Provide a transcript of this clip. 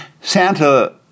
Santa